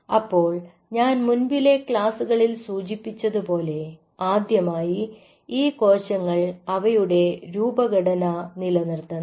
അപ്പോൾ ഞാൻ മുൻപിലെ ക്ലാസുകളിൽ സൂചിപ്പിച്ചതുപോലെ ആദ്യമായി ഈ കോശങ്ങൾ അവയുടെ രൂപഘടന നിലനിർത്തണം